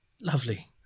Lovely